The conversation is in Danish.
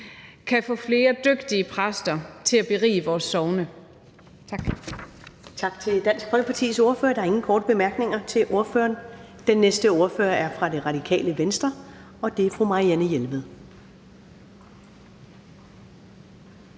kan få flere dygtige præster til at berige vores sogne.